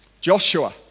Joshua